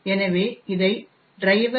எனவே இதை driver